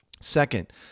Second